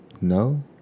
No